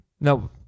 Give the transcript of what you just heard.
no